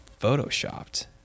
photoshopped